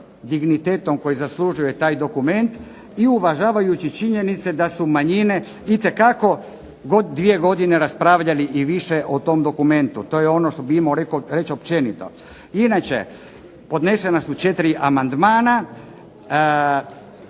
dignitetom koji zaslužuje taj dokument i uvažavajući činjenic eda su manjine itekako dvije godine raspravljali i više o tom dokumentu, to je ono što bih mogao reći općenito. Inače podnesena su četiri amandmana,